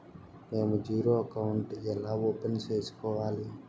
మేము zero account ఎలా open సేసుకోవాలి